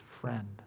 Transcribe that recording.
friend